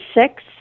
six